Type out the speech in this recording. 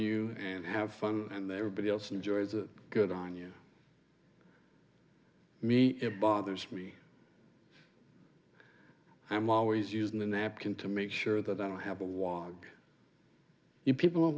you and have fun and everybody else enjoys it good on you me it bothers me i'm always using the napkin to make sure that i have a walk you people